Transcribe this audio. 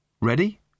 Ready